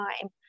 time